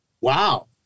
wow